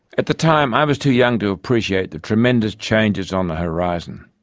at the time i was too young to appreciate the tremendous changes on the horizon.